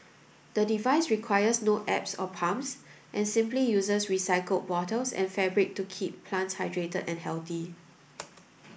the device requires no apps or pumps and simply uses recycled bottles and fabric to keep plants hydrated and healthy